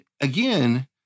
again